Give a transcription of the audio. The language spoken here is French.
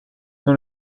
dans